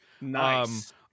Nice